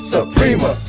Suprema